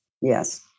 yes